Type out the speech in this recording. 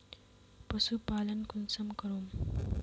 पशुपालन कुंसम करूम?